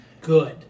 good